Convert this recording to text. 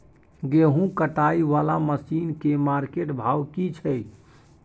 गेहूं कटाई वाला मसीन के मार्केट भाव की छै?